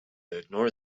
ignore